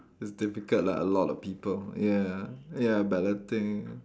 it's difficult lah a lot of people ya ya ya balloting